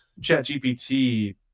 ChatGPT